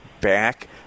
back